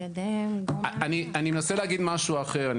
אני מנסה להגיד משהו אחר.